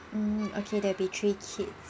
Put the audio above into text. mm okay there'll be three kid